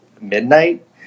midnight